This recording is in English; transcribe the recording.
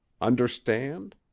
understand